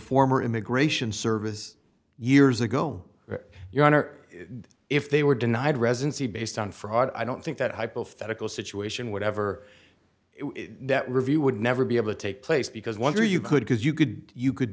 former immigration service years ago your honor if they were denied residency based on fraud i don't think that hypothetical situation whatever that review would never be able to take place because wonder you could because you could you could